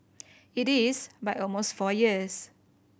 it is by almost four years